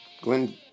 Glenn